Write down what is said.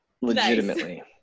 Legitimately